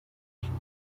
میخواد